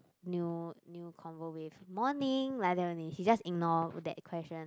new new convo with morning like that only he just ignore that question